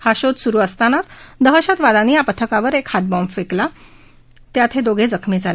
हा शोध सुरु असतानाच दहशतवाद्यांनी या पथकावर एक हातबॉम्ब फेकला त्यात हे दोघे जखमी झाले